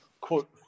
quote